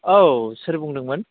औ सोर बुंदोंमोन